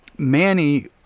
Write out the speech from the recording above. Manny